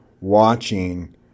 watching